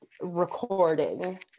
recording